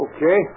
Okay